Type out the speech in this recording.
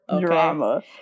drama